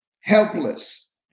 helpless